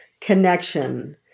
connection